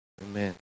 Amen